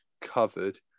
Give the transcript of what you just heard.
covered